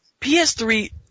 PS3